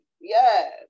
yes